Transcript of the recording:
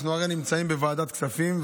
אנחנו הרי נמצאים בוועדת הכספים,